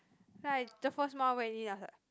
like the first mouth when in I was like